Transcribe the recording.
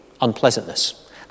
unpleasantness